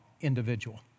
individual